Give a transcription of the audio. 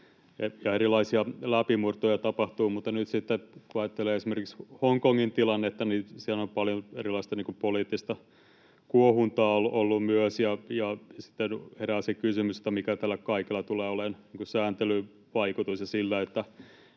erilaisia läpimurtoja tapahtuu, mutta nyt kun ajattelee esimerkiksi Hongkongin tilannetta, niin siellä on ollut myös paljon erilaista poliittista kuohuntaa. Ja sitten herää se kysymys, mikä vaikutus tällä kaikella ja sillä, mikä